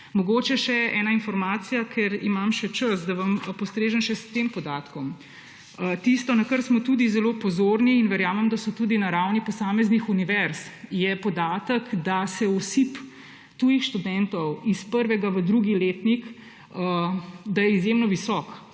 Mogoče še ena informacija, ker imam še čas, da vam postrežem še s tem podatkom. Tisto, na kar smo tudi zelo pozorni, in verjamem, da so tudi na ravni posameznih univerz, je podatek, da je osip tujih študentov iz prvega v drugi letnik izjemno visok,